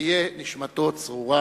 ותהיה נשמתו צרורה